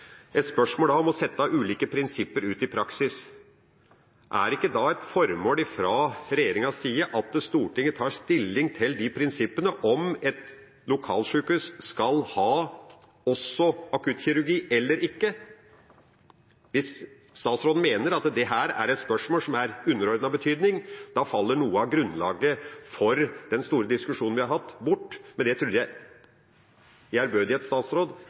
ikke da et formål fra regjeringas side at Stortinget tar stilling til prinsippene om et lokalsykehus også skal ha akuttkirurgi eller ikke? Hvis statsråden mener at dette er et spørsmål som er av underordnet betydning, faller noe av grunnlaget for den store diskusjonen vi har hatt, bort. Men det trodde jeg